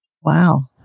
Wow